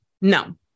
No